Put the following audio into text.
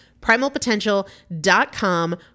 Primalpotential.com